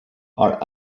are